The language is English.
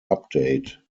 update